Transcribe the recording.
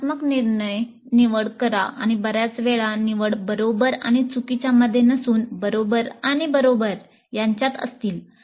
रचनात्मक निर्णय निवड करा आणि बर्याच वेळा निवड बरोबर आणि चुकीच्या मध्ये नसून बरोबर आणि बरोबर यांच्यात असतील